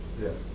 Yes